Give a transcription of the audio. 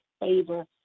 favor